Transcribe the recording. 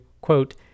quote